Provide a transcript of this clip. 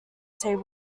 table